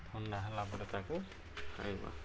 ଥଣ୍ଡା ହେଲା ପରେ ତାକୁ ଖାଇବା